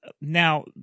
Now